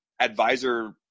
advisor